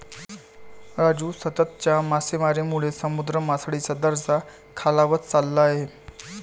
राजू, सततच्या मासेमारीमुळे समुद्र मासळीचा दर्जा खालावत चालला आहे